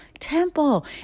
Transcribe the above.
temple